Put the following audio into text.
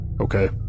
Okay